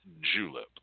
julep